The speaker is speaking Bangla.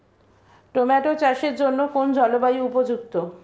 টোমাটো চাষের জন্য কোন জলবায়ু উপযুক্ত?